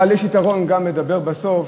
אבל יש גם יתרון בלדבר בסוף,